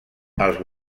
als